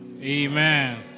Amen